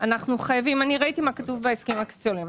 אני ראיתי מה כתוב בהסכמים הקואליציוניים.